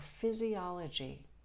physiology